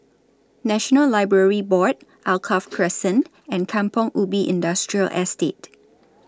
National Library Board Alkaff Crescent and Kampong Ubi Industrial Estate